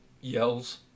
yells